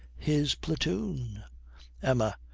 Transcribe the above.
his platoon emma.